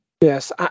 Yes